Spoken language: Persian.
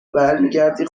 برمیگردی